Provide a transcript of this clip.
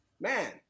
man